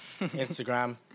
Instagram